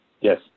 yes